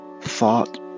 thought